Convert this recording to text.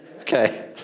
Okay